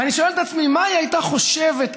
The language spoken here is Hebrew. ואני שואל את עצמי מה היא הייתה חושבת אז,